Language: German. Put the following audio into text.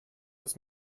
das